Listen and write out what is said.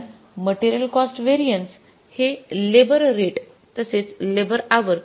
कारण material cost variance हे labour rate तसेच लेबर आवर दोन्ही चे कार्य करते